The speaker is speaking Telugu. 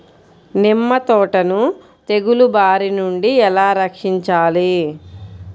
నిమ్మ తోటను తెగులు బారి నుండి ఎలా రక్షించాలి?